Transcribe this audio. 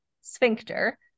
sphincter